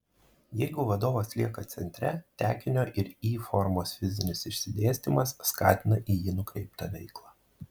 jeigu vadovas lieka centre tekinio ir y formos fizinis išsidėstymas skatina į jį nukreiptą veiklą